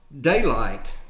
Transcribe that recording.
daylight